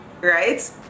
right